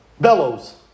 Bellows